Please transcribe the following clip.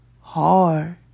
hard